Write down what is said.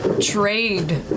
trade